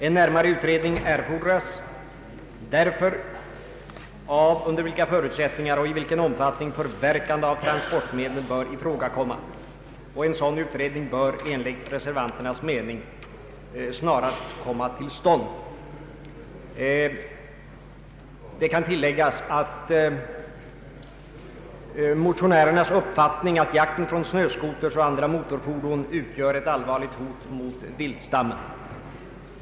En närmare utredning erfordras således av under vilka förutsättningar och i vilken omfattning förverkande av transportmedel kan ifrågakomma. En sådan utredning bör, enligt reservanternas mening, snarast komma till stånd. Det kan tilläggas att motionärerna har den uppfattningen att jakten från snöscooters och andra motorfordon utgör ett allvarligt hot mot viltstammen.